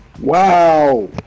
Wow